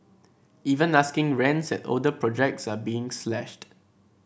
even asking rents at older projects are being slashed